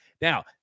Now